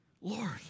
Lord